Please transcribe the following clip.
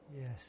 Yes